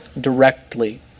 directly